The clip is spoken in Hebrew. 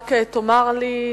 רק תאמר לי,